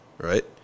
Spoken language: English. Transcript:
Right